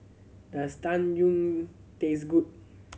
does Tang Yuen taste good